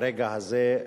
ברגע הזה,